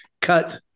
Cut